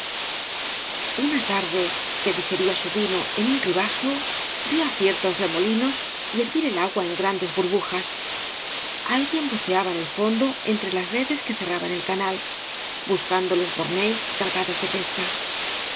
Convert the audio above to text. una tsrde que digería bu vino en un ribazo vio ciertos remolinos y hervir el agua en grandes bur btíjas alguien buceaba en el fondo entre las redes que cerraban el canal buscando los mornells cargados de pesca